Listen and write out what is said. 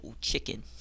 Chicken